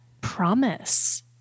promise